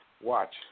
watch